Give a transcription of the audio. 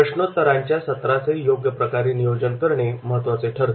प्रश्नोत्तराच्या सत्राचे योग्य प्रकारे नियोजन करणे महत्त्वाचे ठरते